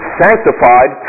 sanctified